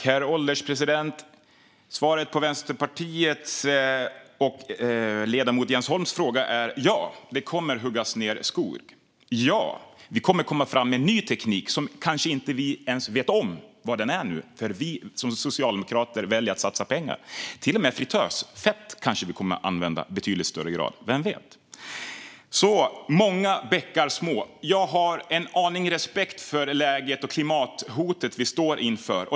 Herr ålderspresident! Svaren på Vänsterpartiets och ledamoten Jens Holms frågor är: Ja, det kommer att huggas ned skog. Och ja, vi kommer att komma fram med ny teknik. Nu vet vi kanske inte ens vad för någon teknik. Vi socialdemokrater väljer att satsa pengar på det. Kanske kommer till och med fritösfett att användas i betydligt högre grad. Vem vet? Många bäckar små - jag har en aning respekt för läget och klimathotet vi står inför.